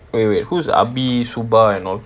wait wait who is ah bee suba and all